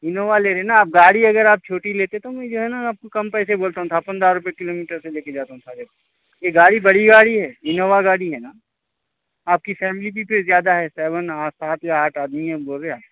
Innova لے رہے نا آپ گاڑی اگر آپ چھوٹی لیتے تو میں جو ہے نا آپ کو کم پیسے بولتا تھا پندرہ روپئے کلو میٹر سے لے کے جاتے ہوں سارے کو یہ گاڑی بڑی گاڑی ہے انووا گاڑی ہے نا آپ کی فیملی بھی پھر زیادہ ہے سیون آٹھ سات یا آٹھ آدمی ہیں بولے آپ